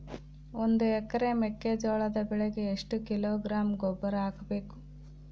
ಒಂದು ಎಕರೆ ಮೆಕ್ಕೆಜೋಳದ ಬೆಳೆಗೆ ಎಷ್ಟು ಕಿಲೋಗ್ರಾಂ ಗೊಬ್ಬರ ಹಾಕಬೇಕು?